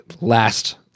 last